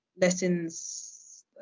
lessons